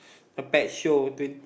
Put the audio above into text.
a pet show twen~